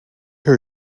her